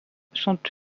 sont